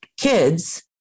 kids